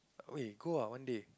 oi go ah one day